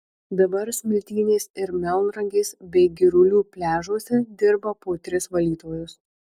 dabar smiltynės ir melnragės bei girulių pliažuose dirba po tris valytojus